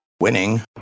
Winning